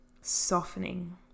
softening